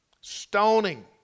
Stoning